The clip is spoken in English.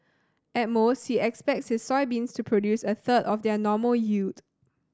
at most he expects his soybeans to produce a third of their normal